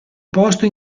posto